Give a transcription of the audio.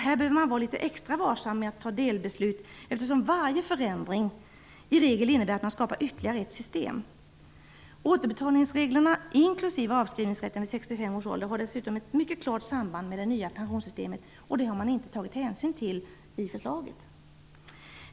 Här behöver man vara litet extra varsam med att fatta delbeslut, eftersom varje förändring i regel innebär att man skapar ytterligare ett system. 65 års ålder har dessutom ett mycket klart samband med det nya pensionssystemet, men det har man inte tagit hänsyn till i förslaget.